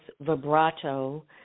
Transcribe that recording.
Vibrato